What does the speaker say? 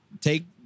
Take